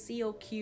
COQ